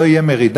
לא תהיה מרידה?